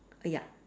ya